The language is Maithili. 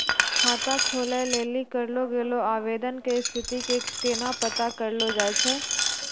खाता खोलै लेली करलो गेलो आवेदन के स्थिति के केना पता करलो जाय छै?